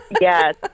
Yes